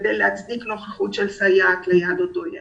כדי להצדיק נוכחות של סייעת ליד אותו ילד.